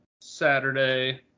Saturday